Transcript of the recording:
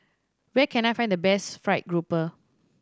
where can I find the best fried grouper